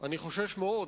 אני חושש מאוד.